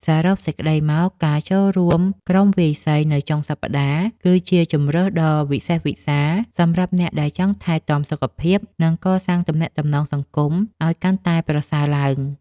សរុបសេចក្ដីមក ការចូលរួមក្រុមវាយសីនៅចុងសប្តាហ៍ គឺជាជម្រើសដ៏វិសេសវិសាលសម្រាប់អ្នកដែលចង់ថែទាំសុខភាព និងកសាងទំនាក់ទំនងសង្គមឱ្យកាន់តែប្រសើរឡើង។